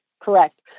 Correct